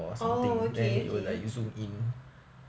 oh okay okay